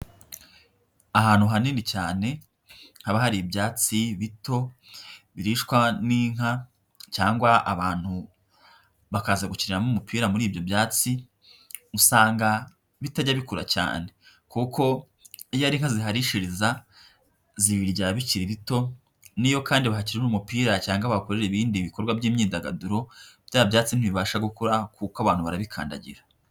Ahantu hanini cyane haba hari ibyatsi bito birishwa n'inka cyangwa abantu bakaza gukiniramo umupira muri ibyo byatsi, usanga bitajya bikura cyane kuko iyo ari inka ziharishiriza zibirya bikiri rito n'iyo kandi bahakinira umupira cyangwa bahakorera ibindi bikorwa by'imyidagaduro bya byatsi ntibibasha gukura kuko abantu barabikandagira.